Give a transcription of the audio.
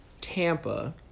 Tampa